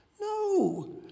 No